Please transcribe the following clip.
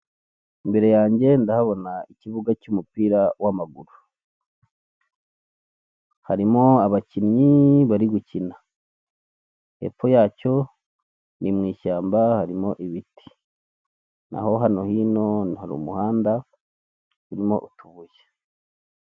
Imbere yange ndahabona ikibuga cy'umupira w'amaguru, harimo abakinnyi bari gukina, hepfo yacyo ni mu ishyamba harimo ibiti n'aho hano hino hari umuhanda urimo utubuye.